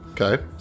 Okay